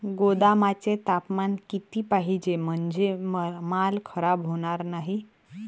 गोदामाचे तापमान किती पाहिजे? म्हणजे माल खराब होणार नाही?